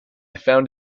found